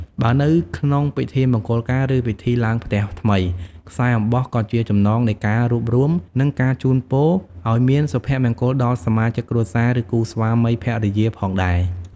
បើនៅក្នុងពិធីមង្គលការ ឬពិធីឡើងផ្ទះថ្មី ខ្សែអំបោះក៏ជា ចំណងនៃការរួបរួម និងការជូនពរ ឲ្យមានសុភមង្គលដល់សមាជិកគ្រួសារ ឬគូស្វាមីភរិយាផងដែរ។